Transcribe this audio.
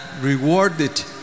rewarded